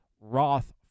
Roth